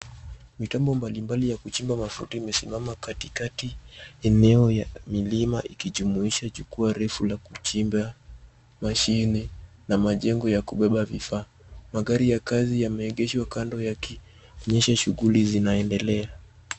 Mitambo mbalimbali ya kuchimba mafuta imesimama katikati eneo ya milima ikijumuisha jukwaa refu la kuchimba mashini na majengo ya kubeba vifaa. Magari ya kazi yameegeshwa kando yakionyesha shughuli zinaendelea.